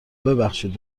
ببخشید